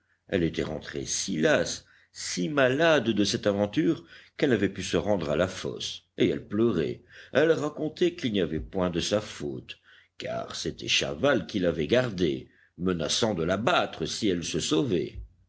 elle était rentrée si lasse si malade de cette aventure qu'elle n'avait pu se rendre à la fosse et elle pleurait elle racontait qu'il n'y avait point de sa faute car c'était chaval qui l'avait gardée menaçant de la battre si elle se sauvait